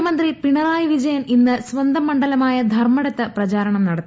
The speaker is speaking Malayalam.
മുഖ്യമന്ത്രി പിണറായി വിജയൻ ഇന്ന് സ്വന്തം മണ്ഡലമായ ധർമ്മടത്ത് പ്രചാരണം നടത്തി